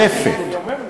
לטייס האוטומטי?